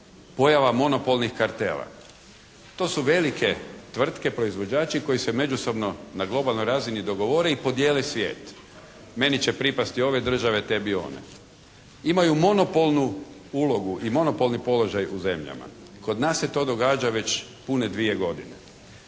pojava monopolnih kartela. To su velike tvrtke proizvođači koji se međusobno na globalnoj razini dogovore i podijele svijet. Meni će pripasti ove države, tebi one. Imaju monopolnu ulogu i monopolni polčožaj u zemljama. Kod nas se to događa već pune 2 godine.